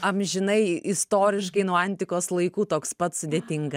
amžinai istoriškai nuo antikos laikų toks pat sudėtinga